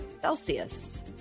Celsius